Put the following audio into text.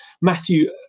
Matthew